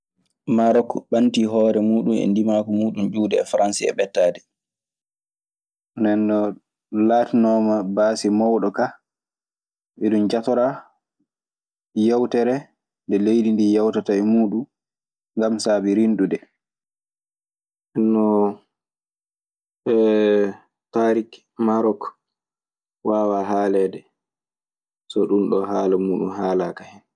Marok banti horee mudun dimaku ƴiwde e farasi e ɓeetaɗe. Nden non ɗun laatinooma baasi mawɗo kaa. Iɗun jatoraa yawtere nde leydi ndii yawata e muuɗun ngam saabii rinɗude. Ndennon taariki Marok waawaa haaleede so ɗunɗoo haala muuɗun haalaaka hen.